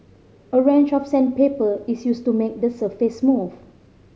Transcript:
a range of sandpaper is used to make the surface smooth